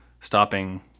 stopping